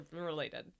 related